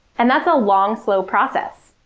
and that's a long, slow process.